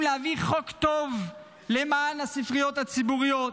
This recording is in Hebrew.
להביא חוק טוב למען הספריות הציבוריות.